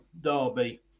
derby